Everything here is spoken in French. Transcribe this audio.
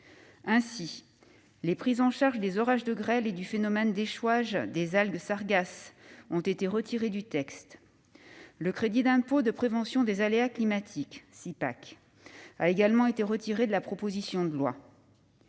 Ainsi, la prise en charge des orages de grêles et du phénomène d'échouage des algues sargasses a été retirée du texte. Le crédit d'impôt pour la prévention des aléas climatiques (Cipac) a également été retiré de la proposition de loi.